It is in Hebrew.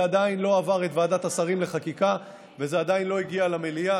זה עדיין לא עבר את ועדת השרים לחקיקה וזה עדיין לא הגיע למליאה.